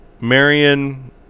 Marion